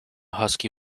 husky